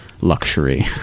luxury